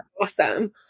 Awesome